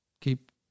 keep